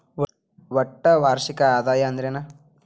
ಒಟ್ಟ ವಾರ್ಷಿಕ ಆದಾಯ ಅಂದ್ರೆನ?